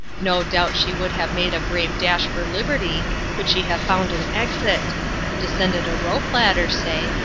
no doubt she would have made a brave dash for liberty could she have found an exit descended a rope-ladder, say,